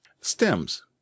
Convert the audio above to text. Stems